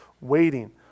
waiting